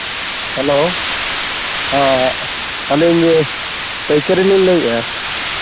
hello ᱦᱮᱸ ᱟᱹᱞᱤᱧ ᱯᱟᱹᱭᱠᱟᱹᱨᱤ ᱞᱤᱧ ᱞᱟᱹᱭᱮᱫᱼᱟ